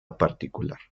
particular